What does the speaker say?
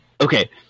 Okay